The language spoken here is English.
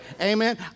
Amen